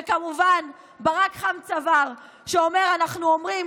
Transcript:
וכמובן ברק חם-צוואר שאומר: אנחנו אומרים